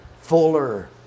fuller